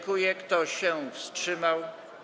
Kto się wstrzymał?